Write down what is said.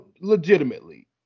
Legitimately